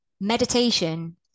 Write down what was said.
Meditation